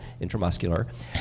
intramuscular